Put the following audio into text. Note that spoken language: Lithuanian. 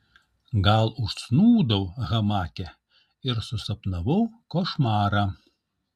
gal užsnūdau hamake ir susapnavau košmarą